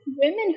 women